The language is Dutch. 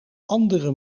andere